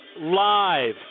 Live